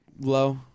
Low